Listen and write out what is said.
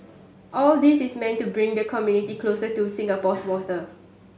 all this is meant to bring the community closer to Singapore's water